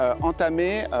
entamer